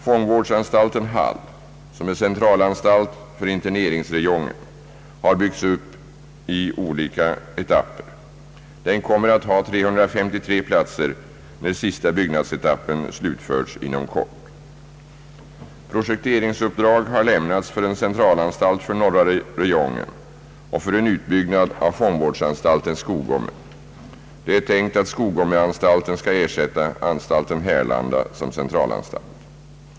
Fångvårdsanstalten Hall, som är centralanstalt för interneringsräjongen, har byggts ut i olika etapper. Den kommer att ha 353 platser, när sista utbyggnadsetappen slutförts inom kort. Dessa byggnader beräknas vara färdiga omkring årsskiftet 1968—1969. Projekteringsuppdrag har lämnats för en centralanstalt för norra räjongen och för en utbyggnad av fångvårdsanstalten Skogome. Det är tänkt att Skogomeanstalten skall ersätta anstalten Härlanda som centralanstalt.